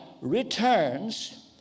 returns